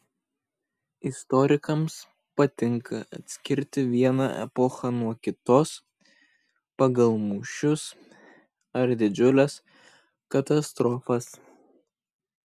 istorikams patinka atskirti vieną epochą nuo kitos pagal mūšius ar didžiules katastrofas